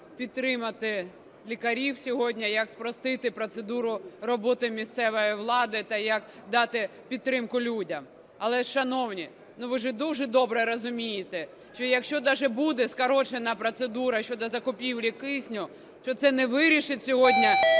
підтримати лікарів сьогодні, як спростити процедуру роботи місцевої влади та як дати підтримку людям. Але ж, шановні, ну, ви же дуже добре розумієте, що якщо даже буде скорочена процедура щодо закупівлі кисню, що це не вирішить сьогодні